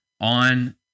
on